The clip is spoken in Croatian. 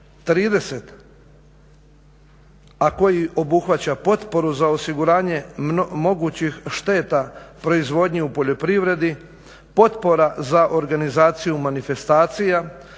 30., a koji obuhvaća potporu za osiguranje mogućih šteta proizvodnje u poljoprivredi, potpora za organizaciju manifestacija,